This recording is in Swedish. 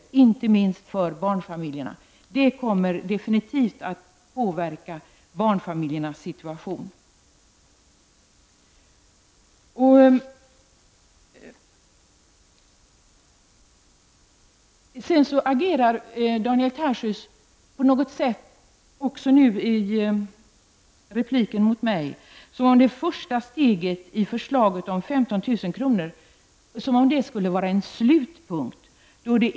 Det gäller alltså inte minst barnfamiljerna, vilkas situation definitivt kommer att påverkas. Sedan agerar Daniel Tarschys, det framgår också nu i repliken till mig, som om det första steget beträffande förslaget om 15 000 kr. skulle vara en slutpunkt.